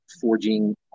forging